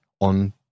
on